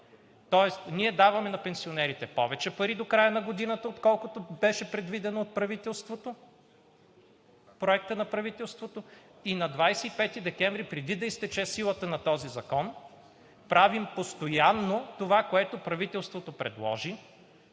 тоест ние даваме на пенсионерите повече пари до края на годината, отколкото беше предвидено от правителството – Проектът на правителството, и на 25 декември – преди да изтече силата на този закон, правим постоянно това, което правителството предложи.